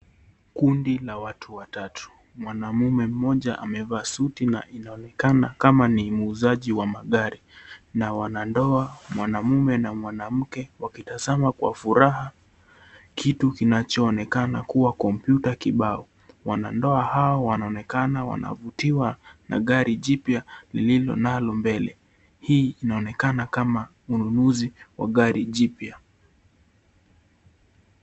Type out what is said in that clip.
Kundi la watu watatu. Mwanaume mmoja amevaa suti na inaonekana kama ni mwuuzaji wa magari na wanandoa, mwanaume na mwanamke, wakitazama kwa furaha kitu kinachoonekana kuwa kompyuta kibao. Wanandoa hao wanaonekana wanavutiwa na gari jipya lilinalo mbele. Hii inaonekana kama mnunuzi wa gari jipya.